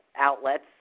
outlets